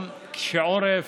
עם קשה עורף,